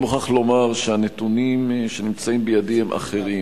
אני מוכרח לומר שהנתונים שנמצאים בידי הם אחרים.